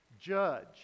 judge